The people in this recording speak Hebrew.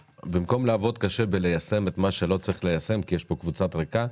במקום לעבוד קשה בליישם את מה שלא צריך ליישם כי יש פה קבוצה ריקה,